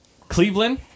Cleveland